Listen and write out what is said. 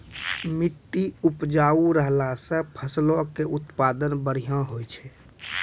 मट्टी उपजाऊ रहला से फसलो के उत्पादन बढ़िया होय छै